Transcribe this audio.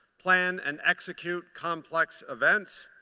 plan and execute complex events,